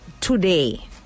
today